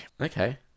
Okay